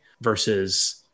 versus